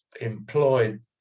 employed